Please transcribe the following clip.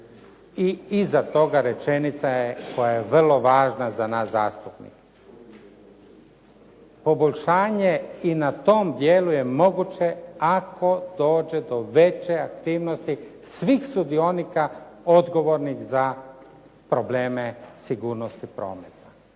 I iza toga rečenica je koja je vrlo važna za nas zastupnike. Poboljšanje i na tom dijelu je moguće ako dođe do veće aktivnosti svih sudionika odgovornih za probleme sigurnosti prometa.